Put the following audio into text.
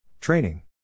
Training